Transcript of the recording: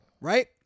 right